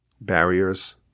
Barriers